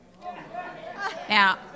Now